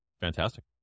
Fantastic